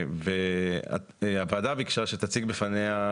והוועדה ביקשה שתציג בפניה,